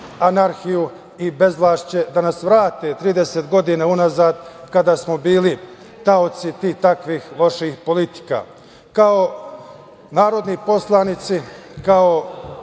anarhiju i bezvlašće, da nas vrate 30 godina unazad kada smo bili taoci ti takvih loših politika. Kao narodni poslanici, kao